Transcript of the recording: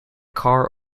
car